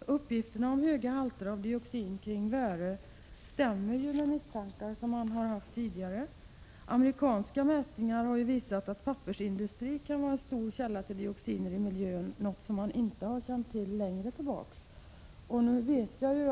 Uppgifterna om höga halter av dioxin kring Värö stämmer med misstankar som man tidigare har haft. Amerikanska mätningar har visat att pappersindustri kan vara en stor källa till dioxiner i miljön, något som man längre tillbaka inte kände till.